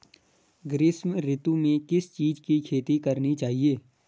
ग्रीष्म ऋतु में किस चीज़ की खेती करनी चाहिये?